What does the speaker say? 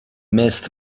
missed